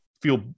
feel